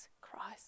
Christ